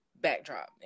backdrop